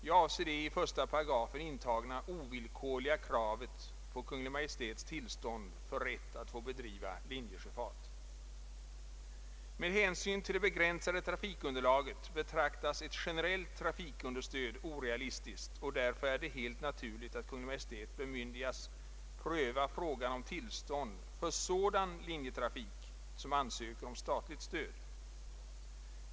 Jag avser det i 1 § intagna ovillkorliga kravet på Kungl. Maj:ts tillstånd för rätt att få bedriva linjesjöfart. Med hänsyn till det begränsade trafikunderlaget betraktas ett generellt trafikunderstöd som orealistiskt, och därför är det helt naturligt att Kungl. Maj:t bemyndigas pröva frågan om tillstånd för sådan linjetrafik som ansöker om statligt stöd.